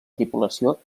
tripulació